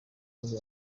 nibwo